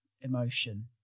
emotion